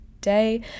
day